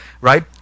right